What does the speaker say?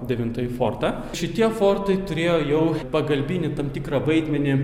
devintąjį fortą šitie fortai turėjo jau pagalbinį tam tikrą vaidmenį